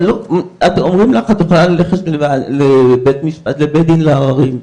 אומרים לך שאת יכולה ללכת לבית הדין לעררים,